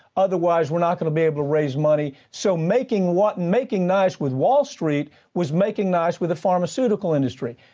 otherwise we're not going to be able to raise money. so making what and making nice with wall street was making nice with the pharmaceutical industry.